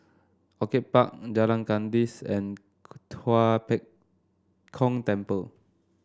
Orchid Park Jalan Kandis and Tua Pek Kong Temple